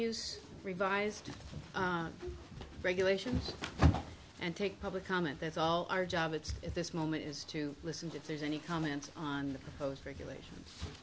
use revised regulations and take public comment that's all our job it's at this moment is to listen to if there's any comment on the proposed regulations